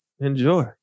Enjoy